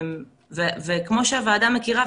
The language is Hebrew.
וכמו שהוועדה מכירה,